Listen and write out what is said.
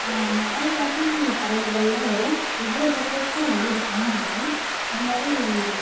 நிறைய வகை பறவைகளெலாம் வரும் ஒவ்வொரு பறவைக்கும் ஒவ்வொரு சவுண்ட் இருக்கும் அது மாதிரி